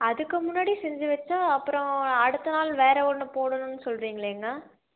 அதுக்கு முன்னாடி செஞ்சு வைச்சா அப்புறம் அடுத்த நாள் வேறு ஒன்று போடணும்னு சொல்கிறிங்களேங்க